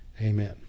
Amen